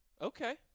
Okay